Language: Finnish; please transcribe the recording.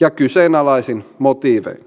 ja kyseenalaisin motiivein